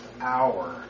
hour